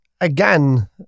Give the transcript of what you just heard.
again